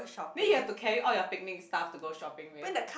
then you have to carry all your picnic stuff to go shopping with